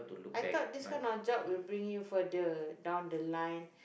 I thought this kind of job will bring you further down the line